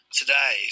today